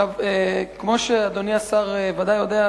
כמו שאדוני השר ודאי יודע,